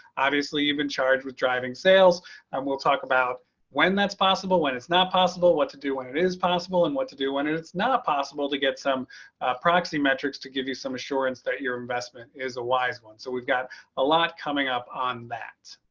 obviously, you've been charged with driving sales. jim tobin and we'll talk about when that's possible when it's not possible. what to do when it is possible and what to do when and it's not possible to get some proxy metrics to give you some assurance that your investment is a wise one. so we've got a lot coming up on that.